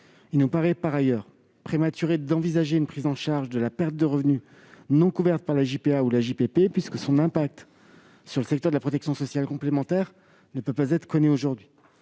Il nous paraît par ailleurs prématuré d'envisager une prise en charge de la perte de revenu non couverte par l'AJPA ou par l'AJPP puisque l'impact d'une telle réforme sur le secteur de la protection sociale complémentaire ne peut pas être connu pour